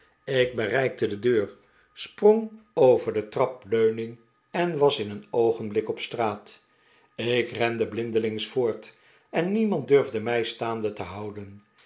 ik bereikte de deur sprong over de trapleuning en was in een oogenblik op straat ik rende blindelings voort en niemand durfde mij staande te houden